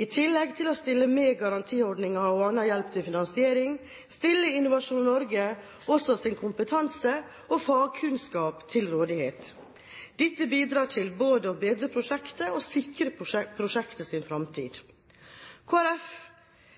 I tillegg til å stille med garantiordninger og annen hjelp til finansiering stiller Innovasjon Norge også sin kompetanse og fagkunnskap til rådighet. Dette bidrar til både å bedre prosjektet og sikre